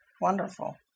wonderful